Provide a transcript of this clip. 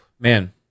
Man